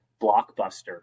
Blockbuster